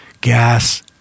gas